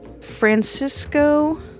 Francisco